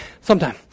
sometime